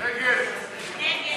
של קבוצת סיעת